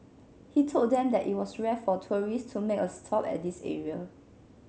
he told them that it was rare for tourists to make a stop at this area